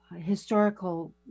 historical